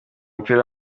umupira